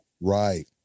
Right